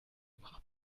brach